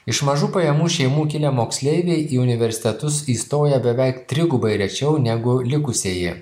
iš mažų pajamų šeimų kilę moksleiviai į universitetus įstoja beveik trigubai rečiau negu likusieji